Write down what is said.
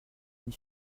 une